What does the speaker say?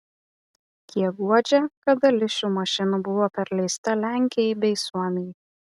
kiek guodžia kad dalis šių mašinų buvo perleista lenkijai bei suomijai